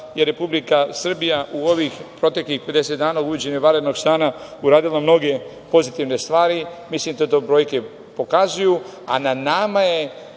je Republika Srbija u ovih proteklih 50 dana od uvođenja vanrednog stanja uradila mnoge pozitivne stvari, mislim da to brojke pokazuju, a na nama je,